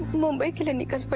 mumbai with and my